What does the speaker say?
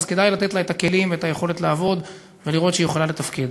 כדאי לתת לה את הכלים ואת היכולת לעבוד ולראות שהיא יכולה לתפקד.